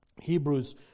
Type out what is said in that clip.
Hebrews